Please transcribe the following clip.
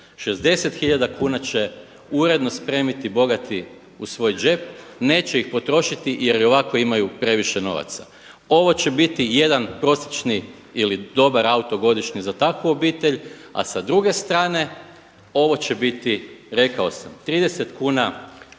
tisuća kuna će uredno spremiti bogati u svoj džep, neće ih potrošiti jer i ovako imaju previše novaca. Ovo će biti jedan prosječni ili dobar auto godišnje za takvu obitelj a sa druge strane ovo će biti rekao sam 30 kuna